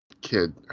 kid